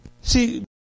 see